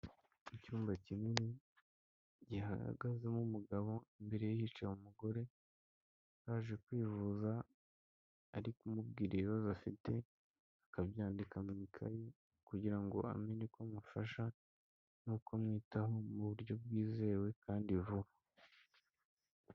Icyumba kinini gihagazemo umugabo imbere yica umugore yaje kwivuza ari kumubwira ibibazo afite, akabyandika mu mikayi kugira ngo amenye ko amufasha no komwitaho mu buryo bwizewe kandi vuba.